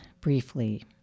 briefly